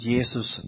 Jesus